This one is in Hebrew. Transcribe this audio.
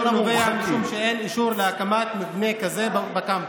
נובע מזה שאין אישור להקמת מבנה כזה בקמפוס,